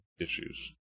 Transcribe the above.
issues